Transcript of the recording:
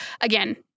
again